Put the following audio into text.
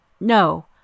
No